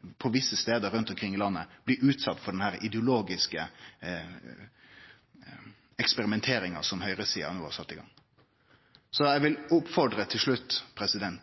landet blir utsette for denne ideologiske eksperimenteringa som høgresida no har sett i gang. Eg vil til slutt oppfordre